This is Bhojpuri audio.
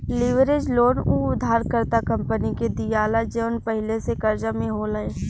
लीवरेज लोन उ उधारकर्ता कंपनी के दीआला जवन पहिले से कर्जा में होले